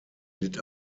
litt